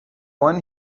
one